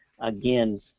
Again